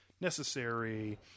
necessary